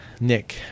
Nick